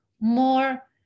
more